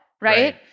Right